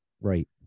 right